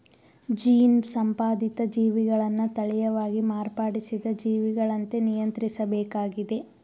gene ಸಂಪಾದಿತ ಜೀವಿಗಳನ್ನ ತಳೀಯವಾಗಿ ಮಾರ್ಪಡಿಸಿದ ಜೀವಿಗಳಂತೆ ನಿಯಂತ್ರಿಸ್ಬೇಕಾಗಿದೆ